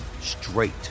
straight